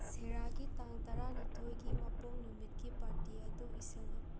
ꯁꯦꯔꯥꯒꯤ ꯇꯥꯡ ꯇꯔꯥꯅꯤꯊꯣꯏꯒꯤ ꯃꯄꯣꯛ ꯅꯨꯃꯤꯠꯀꯤ ꯄꯥꯔꯇꯤ ꯑꯗꯨ ꯏꯁꯤꯜꯂꯨ